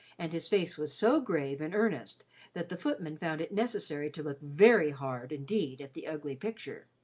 and his face was so grave and earnest that the footman found it necessary to look very hard indeed at the ugly picture.